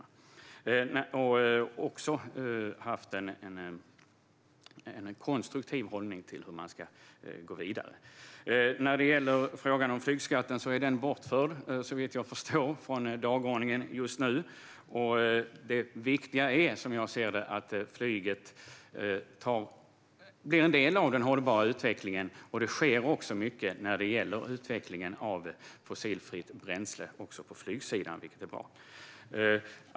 Man har också haft en konstruktiv hållning till hur man ska gå vidare. När det gäller frågan om flygskatten är den såvitt jag förstår bortförd från dagordningen just nu. Det viktiga, som jag ser det, är att flyget blir en del av den hållbara utvecklingen. Det sker också mycket när det gäller utvecklingen av fossilfritt bränsle på flygsidan, vilket är bra.